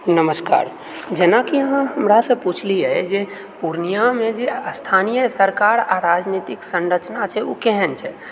नमस्कार जेनाकि अहाँ हमरासँ पुछलियै जे पुर्णियाँमे जे स्थानीय सरकार आ राजनीतिक संरचना छै ओ केहन छै